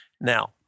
Now